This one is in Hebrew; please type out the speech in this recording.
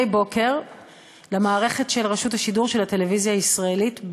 מדי בוקר למערכת של רשות השידור של הטלוויזיה הישראלית,